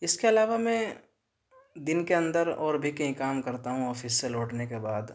اس کے علاوہ میں دن کے اندر اور بھی کئی کام کرتا ہوں آفس سے لوٹنے کے بعد